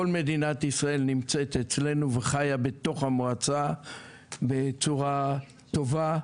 כל מדינת ישראל נמצאת אצלנו וחיה בתוך המועצה בצורה טובה.